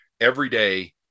everyday